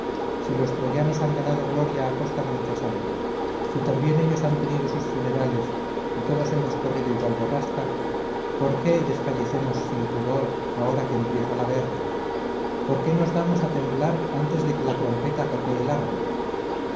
si los troyanos han ganado gloria a costa de mucha sangre si también ellos han tenido sus funerales y todos hemos corrido igual borrasca por qué desfallecemos sin pudor ahora que empieza la guerra por qué nos damos a temblar antes de que la trompeta toque el arma